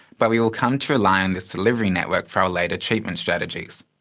but we will come to rely on this delivery network for our later treatment strategies.